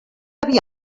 aviat